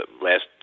last